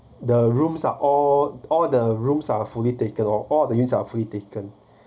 the rooms are all all the rooms are fully taken or all of the rooms are fully taken